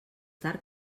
tard